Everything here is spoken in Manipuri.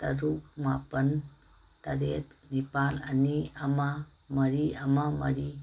ꯇꯔꯨꯛ ꯃꯥꯄꯜ ꯇꯔꯦꯠ ꯅꯤꯄꯥꯜ ꯑꯅꯤ ꯑꯃ ꯃꯔꯤ ꯑꯃ ꯃꯔꯤ